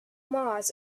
mars